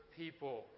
people